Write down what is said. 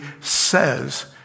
says